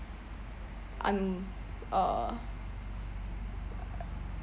un~ uh